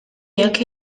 jekk